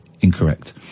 incorrect